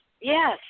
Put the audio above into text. yes